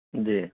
جی